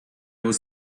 was